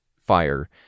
fire